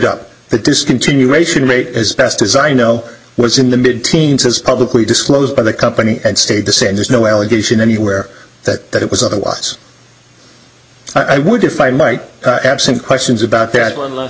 up the discontinuation rate as best as i know was in the mid teens as publicly disclosed by the company and stayed the same there's no allegation anywhere that that it was otherwise i would if i might absent questions about that one less